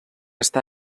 està